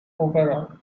overall